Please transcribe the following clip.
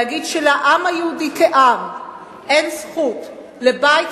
להגיד שלעם היהודי כעם אין זכות לבית